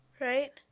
Right